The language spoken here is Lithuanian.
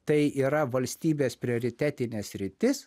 tai yra valstybės prioritetinė sritis